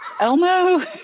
Elmo